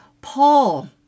Paul